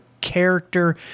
character